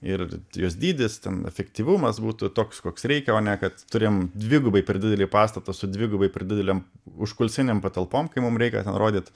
ir jos dydis ten efektyvumas būtų toks koks reikia o ne kad turėjom dvigubai per didelį pastatą su dvigubai per didelėm užkulisinėm patalpoms kai mums reikia ten rodyt